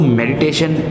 meditation